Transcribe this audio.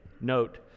note